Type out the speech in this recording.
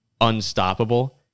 unstoppable